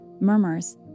murmurs